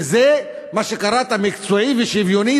מה שקראת "מקצועי" ו"שוויוני",